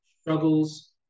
struggles